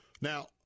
Now